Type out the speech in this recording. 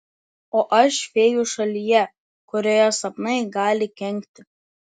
o aš fėjų šalyje kurioje sapnai gali kenkti